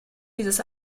dieses